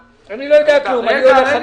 --- אני לא יודע כלום, אני עולה חדש.